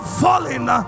falling